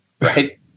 Right